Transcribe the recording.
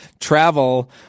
travel